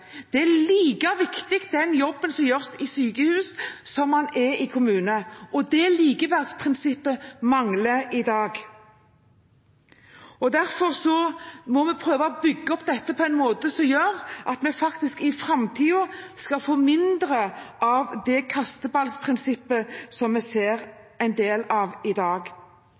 Den jobben som gjøres i kommunen, er like viktig som den som gjøres i sykehus, og det likeverdsprinsippet mangler i dag. Derfor må vi prøve å bygge opp dette på en måte som gjør at vi i framtiden skal få mindre av det kasteballprinsippet som vi ser